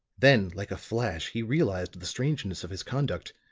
then like a flash he realized the strangeness of his conduct,